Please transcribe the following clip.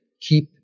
keep